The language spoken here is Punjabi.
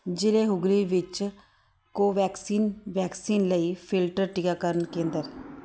ਜ਼ਿਲੇ ਹੂਗਲੀ ਵਿੱਚ ਕੋਵੈਕਸਿਨ ਵੈਕਸੀਨ ਲਈ ਫਿਲਟਰ ਟੀਕਾਕਰਨ ਕੇਂਦਰ